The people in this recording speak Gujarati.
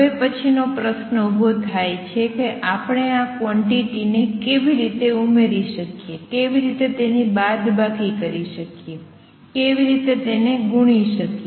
હવે પછીનો પ્રશ્ન ઉભો થાય છે કે આપણે આ ક્વોંટીટી ને કેવી રીતે ઉમેરી શકીએ કેવી રીતે તેની બાદબાકી કરી શકીએ કેવી રીતે તેને ગુણી શકીએ